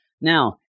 Now